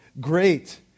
great